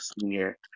senior